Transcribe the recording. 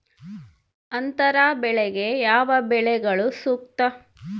ಅಂತರ ಬೆಳೆಗೆ ಯಾವ ಬೆಳೆಗಳು ಸೂಕ್ತ?